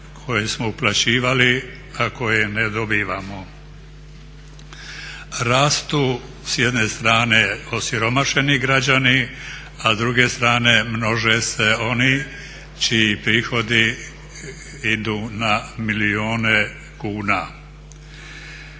koje smo uplaćivali, a koje ne dobivamo. Rastu s jedne strane osiromašeni građani, a s druge strane množe se oni čiji prihodi idu na milijune kuna.